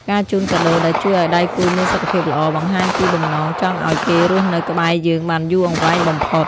ការជូនកាដូដែលជួយឱ្យដៃគូមានសុខភាពល្អ បង្ហាញពីបំណងចង់ឱ្យគេរស់នៅក្បែរយើងបានយូរអង្វែងបំផុត។